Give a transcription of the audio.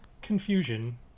confusion